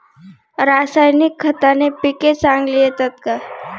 रासायनिक खताने पिके चांगली येतात का?